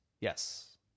Yes